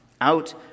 out